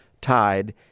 tide